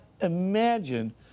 imagine